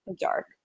dark